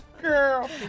girl